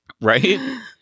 Right